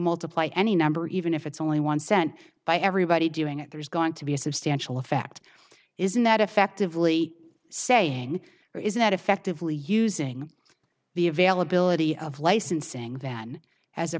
multiply any number even if it's only one cent by everybody doing it there's going to be a substantial effect isn't that effectively saying is that effectively using the availability of licensing than as a